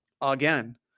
again